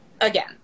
again